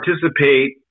participate